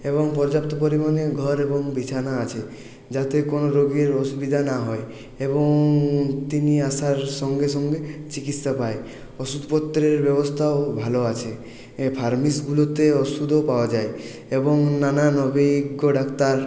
এবং পর্যাপ্ত পরিমাণে ঘর এবং বিছানা আছে যাতে কোনো রোগীর অসুবিধা না হয় এবং তিনি আসার সঙ্গে সঙ্গে চিকিৎসা পায় ওষুধপত্রের ব্যবস্থাও ভালো আছে এ ফার্মেসিগুলোতে ওষুধও পাওয়া যায় এবং নানান অভিজ্ঞ ডাক্তার